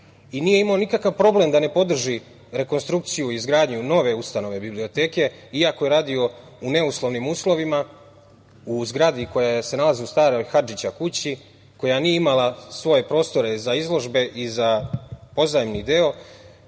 i nije imao nikakav problem da ne podrži rekonstrukciju i izgradnju nove ustanove biblioteke, iako je radio u neuslovnim uslovima, u zgradi koja se nalazi u staroj Hadžića kući, koja nije imala svoje prostore za izložbe i za pozajmni deo,